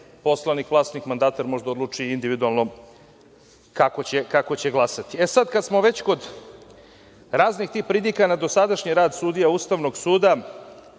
poslanik vlasnik mandata, može da odluči individualno kako će glasati. Kad smo već kod tih raznih pridika na dosadašnji rad sudija Ustavnog suda,